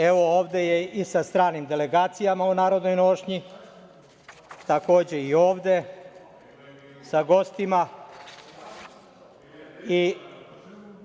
Ovde je i sa stranim delegacijama u narodnoj nošnji, takođe i ovde sa gostima.